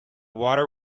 water